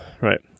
Right